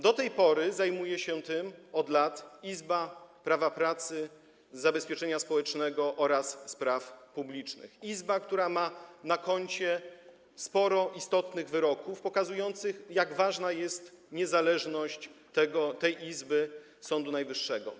Do tej pory zajmowała się tym - od lat - izba prawa pracy, zabezpieczenia społecznego oraz spraw publicznych, która ma na koncie sporo istotnych wyroków pokazujących, jak ważna jest niezależność tej izby Sądu Najwyższego.